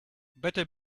better